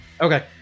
okay